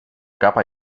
capa